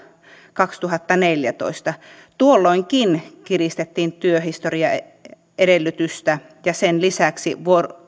kaksituhattaneljätoista tuolloinkin kiristettiin työhistoriaedellytystä ja sen lisäksi